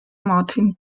martin